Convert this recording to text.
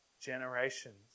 generations